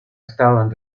estaban